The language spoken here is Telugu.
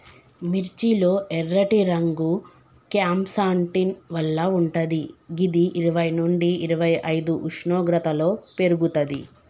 మిర్చి లో ఎర్రటి రంగు క్యాంప్సాంటిన్ వల్ల వుంటది గిది ఇరవై నుండి ఇరవైఐదు ఉష్ణోగ్రతలో పెర్గుతది